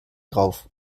drauf